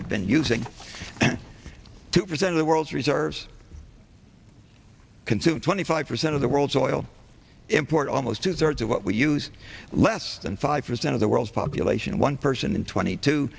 i've been using two percent of the world's reserves consume twenty five percent of the world's oil import almost two thirds of what we use less than five percent of the world's population one person and twenty t